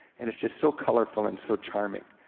and it's just so colorful and so charming.